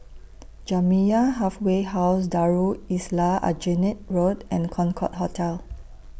Jamiyah Halfway House Darul Islah Aljunied Road and Concorde Hotel